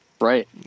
Right